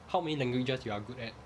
how many languages you are good at